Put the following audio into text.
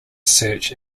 search